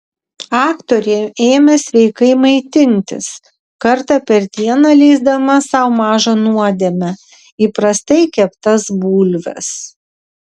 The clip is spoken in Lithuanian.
aktorė ėmė sveikai maitintis kartą per dieną leisdama sau mažą nuodėmę įprastai keptas bulves